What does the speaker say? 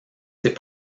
ses